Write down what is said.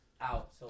out